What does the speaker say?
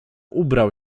ubrał